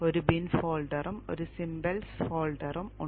ഒരു ബിൻ ഫോൾഡറും ഒരു സിംബൽസ് ഫോൾഡറും symbols folder